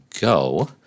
go